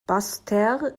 basseterre